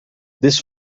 this